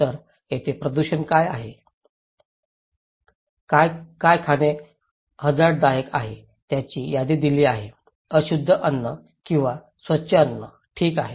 तर येथे प्रदूषित काय आहे काय खाणे हझार्डदायक आहे याची यादी दिली आहे अशुद्ध अन्न आणि स्वच्छ अन्न ठीक आहे